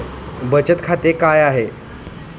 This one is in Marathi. बचत खाते काय आहे?